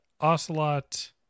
Ocelot